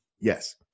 Yes